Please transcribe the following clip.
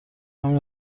همین